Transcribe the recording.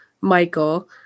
Michael